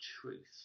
truth